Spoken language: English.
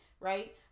Right